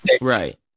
Right